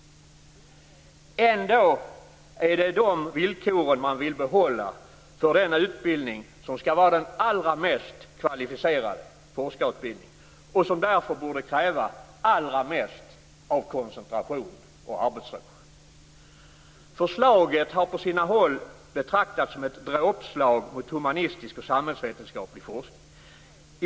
Ändå är det de villkoren man vill behålla för den utbildning som skall vara den allra mest kvalificerade, forskarutbildningen, och som därför borde kräva allra mest av koncentration och arbetsro. Förslaget har på sina håll betraktats som ett dråpslag mot humanistisk och samhällsvetenskaplig forskning.